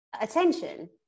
attention